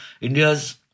India's